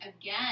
again